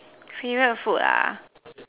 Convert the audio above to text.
favourite food ah